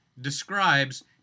describes